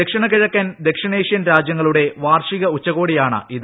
ദക്ഷിണ കിഴക്കൻ ദക്ഷിണ ഏഷ്യൻ രാജ്യങ്ങളുടെ വാർഷിക ഉച്ചകോടിയാണിത്